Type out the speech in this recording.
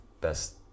best